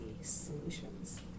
solutions